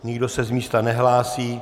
Nikdo se z místa nehlásí.